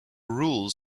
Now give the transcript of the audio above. rules